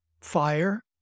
fire